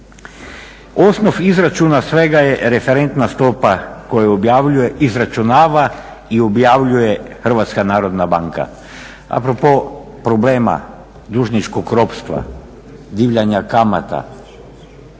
Osnov izračuna svega je referentna stopa koju objavljuje, izračunava i objavljuje Hrvatska narodna banka. A propos problema dužničkog ropstva, divljanja kamata